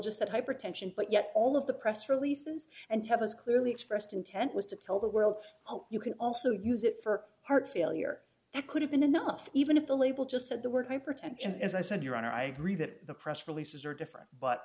just that hypertension but yet all of the press releases and tell us clearly expressed intent was to tell the world i hope you can also use it for heart failure it could have been enough even if the label just said the word hypertension as i said your honor i agree that the press releases are different